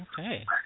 Okay